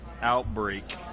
outbreak